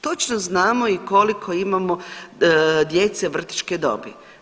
Točno znamo i koliko imamo djece vrtićke dobi.